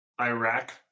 Iraq